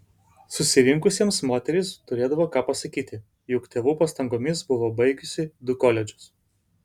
susirinkusiesiems moteris turėdavo ką pasakyti juk tėvų pastangomis buvo baigusi du koledžus